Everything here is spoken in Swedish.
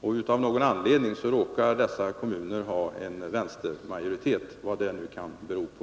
Och av någon anledning råkar dessa kommuner ha vänstermajoritet, vad det nu kan bero på.